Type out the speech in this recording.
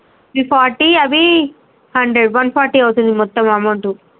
ఇవి ఫార్టీ అవీ hundred one forty అవుతుంది మొత్తం అమౌంటు